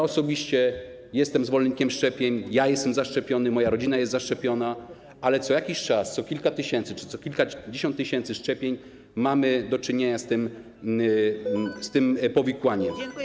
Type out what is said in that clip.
Osobiście jestem zwolennikiem szczepień, ja jestem zaszczepiony, moja rodzina jest zaszczepiona, ale co jakiś czas, co kilka tysięcy czy co kilkadziesiąt tysięcy szczepień mamy do czynienia z powikłaniem.